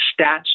stats